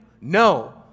No